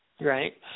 Right